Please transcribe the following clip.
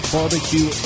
Barbecue